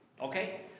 Okay